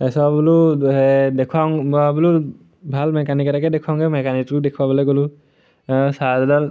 তাৰপিছত বোলো দেখুৱাওঁ মই বোলো ভাল মেকানিক এটাকে দেখুৱামগৈ মেকানিকো দেখুৱাবলে গ'লোঁ চাৰ্জাৰডাল